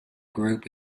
group